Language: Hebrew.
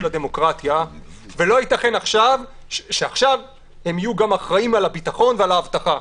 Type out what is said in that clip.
לדמוקרטיה ולא יתכן שעכשיו הם יהיו גם אחראים על הביטחון ועל האבטחה.